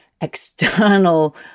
external